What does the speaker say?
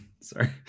Sorry